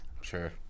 sure